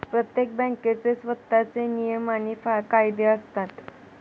प्रत्येक बँकेचे स्वतःचे नियम आणि कायदे असतात